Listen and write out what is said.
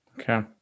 okay